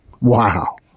Wow